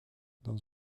dans